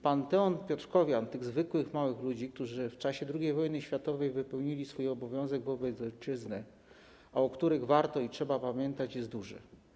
Panteon piotrkowian, tych zwykłych małych ludzi, którzy w czasie drugiej wojny światowej wypełnili swój obowiązek wobec ojczyzny, a o których warto i trzeba pamiętać, jest duży.